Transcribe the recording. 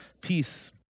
Peace